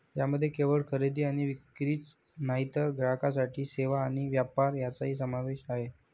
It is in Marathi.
यामध्ये केवळ खरेदी आणि विक्रीच नाही तर ग्राहकांसाठी सेवा आणि व्यापार यांचाही समावेश आहे